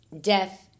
death